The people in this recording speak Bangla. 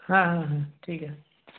হ্যাঁ হ্যাঁ হ্যাঁ ঠিক আছে